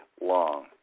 long